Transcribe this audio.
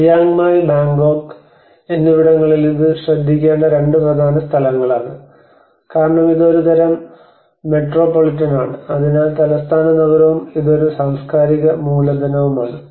Chiang Mai Bangkok എന്നിവിടങ്ങളിൽ ഇത് ശ്രദ്ധിക്കേണ്ട രണ്ട് പ്രധാന സ്ഥലങ്ങളാണ് കാരണം ഇത് ഒരുതരം മെട്രോപൊളിറ്റൻ ആണ് അതിനാൽ തലസ്ഥാന നഗരവും ഇത് ഒരു സാംസ്കാരിക മൂലധനവുമാണ്